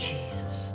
Jesus